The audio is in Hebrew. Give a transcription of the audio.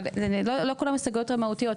אבל לא כל ההמשגות הן מהותיות,